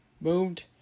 moved